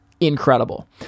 incredible